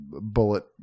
bullet